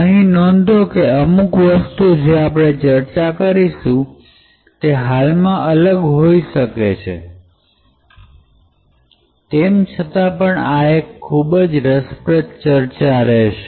અહીં નોંધો કે અમુક વસ્તુ જે આપણે ચર્ચા કરીશું તે હાલમાંઅત્યારના સમયમાં અલગ હોઈ શકે છે તેમ છતા પણ આ ખૂબ જ રસપ્રદ ચર્ચા રહેશે